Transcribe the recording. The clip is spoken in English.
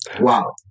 Wow